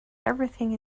everything